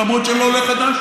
למרות שאני לא עולה חדש?